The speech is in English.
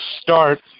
start